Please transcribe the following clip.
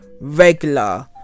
regular